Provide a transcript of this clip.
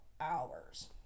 hours